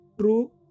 true